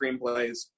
screenplays